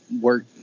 work